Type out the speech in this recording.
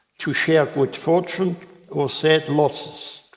to share good fortune or sad losses.